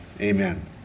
Amen